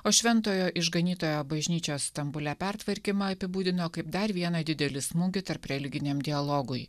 o šventojo išganytojo bažnyčios stambule pertvarkymą apibūdino kaip dar vieną didelį smūgį tarp religiniam dialogui